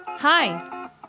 Hi